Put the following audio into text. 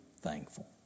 thankful